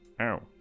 Ow